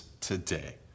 today